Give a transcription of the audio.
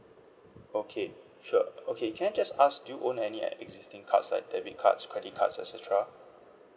okay sure okay can I just ask do you own any existing cards like debit cards credit cards et cetera